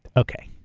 okay.